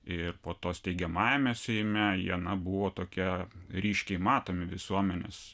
ir po to steigiamajame seime jie na buvo tokie ryškiai matomi visuomenės